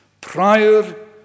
prior